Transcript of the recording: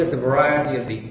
at the variety of the